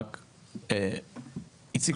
איציק,